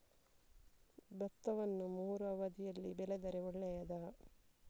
ಭತ್ತವನ್ನು ಮೂರೂ ಅವಧಿಯಲ್ಲಿ ಬೆಳೆದರೆ ಒಳ್ಳೆಯದಾ?